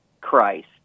Christ